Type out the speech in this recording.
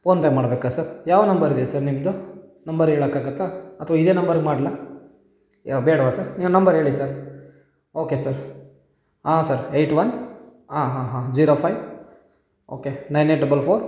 phone pay ಮಾಡಬೇಕ sir ಯಾವ number ಇದೆ ಸರ್ ನಿಮ್ಮದು ನಂಬರ್ ಹೇಳೋಕ್ಕಾಗುತ್ತ ಅಥ್ವಾ ಇದೇ ನಂಬರ್ಗೆ ಮಾಡಲಾ ಯಾ ಬೇಡವಾ ಸರ್ ನೀವು ನಂಬರ್ ಹೇಳಿ ಸರ್ ಓಕೆ ಸರ್ ಹಾಂ ಸರ್ ಏಯ್ಟ್ ಒನ್ ಹಾಂ ಹಾಂ ಹಾಂ zero five okay nine eight double four